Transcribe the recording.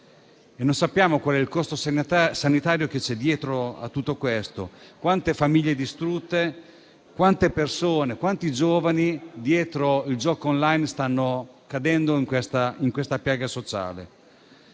Non sappiamo qual è il costo sanitario che c'è dietro a tutto questo: quante famiglie distrutte, quante persone, quanti giovani dietro il gioco *online* stanno cadendo in questa piaga sociale?